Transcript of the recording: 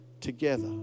together